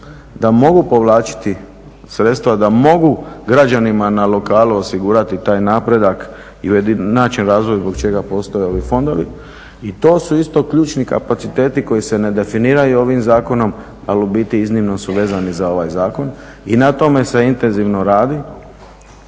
Da mogu povlačiti sredstva, da mogu građanima na lokalu osigurati taj napredak ili naći razlog zbog čega postoje ovi fondovi, i to su isto ključni kapaciteti koji se ne definiraju ovim zakonom, ali u biti iznimno su vezani za ovaj zakon i na tome se intenzivno radi